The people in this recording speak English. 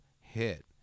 hit